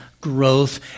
growth